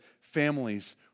families